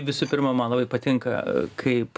visų pirma man labai patinka kaip